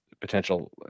potential